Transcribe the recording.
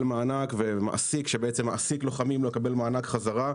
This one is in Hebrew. מענק ומעסיק שבעצם מעסיק לוחמים לא יקבל מענק חזרה.